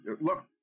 look—